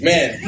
Man